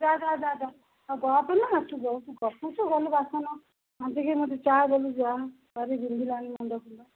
ଯା ଯା ଯା ଯା ଆଉ ଗପନା ତୁ ବହୁତ ଗପୁଛୁ ଗଲୁ ବାସନ ମାଜିକି ମୋତେ ଚା' ଦେବୁ ଯା ଭାରି ବିନ୍ଧିଲାଣି ମୁଣ୍ଡ ଫୁଣ୍ଡ